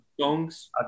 songs